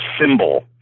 symbol